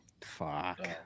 Fuck